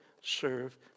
serve